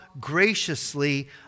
graciously